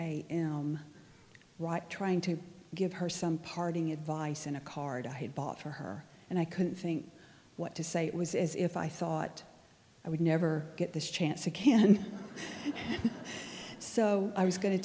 am right trying to give her some parting advice in a card i had bought for her and i couldn't think what to say it was as if i thought i would never get this chance again so i was going to